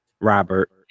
Robert